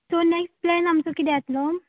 so next plan आमचो कितें आसतलो